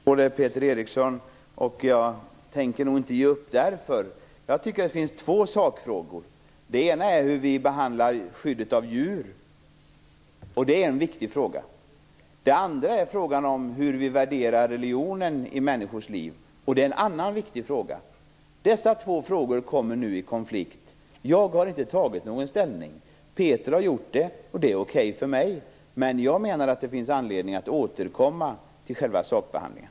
Fru talman! Jag hör Peter Eriksson, men jag tänker nog inte ge upp därför. Jag tycker att det finns två sakfrågor. Den ena frågan är hur vi behandlar skyddet av djur, och det är en viktig fråga. Den andra frågan är hur vi värderar religionen i människors liv. Det är också en viktig fråga. Dessa två frågor kommer nu i konflikt med varandra. Jag har inte tagit ställning. Peter Eriksson har gjort det, och det är okej, men jag menar att de finns anledning att återkomma till själva sakbehandlingen.